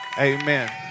Amen